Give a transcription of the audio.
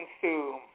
consume